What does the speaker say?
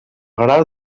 grau